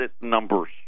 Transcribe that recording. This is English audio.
numbers